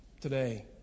today